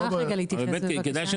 אני אשמח רגע להתייחס, בבקשה.